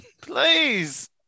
please